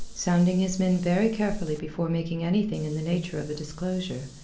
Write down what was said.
sounding his men very carefully before making anything in the nature of a disclosure,